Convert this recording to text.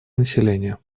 населения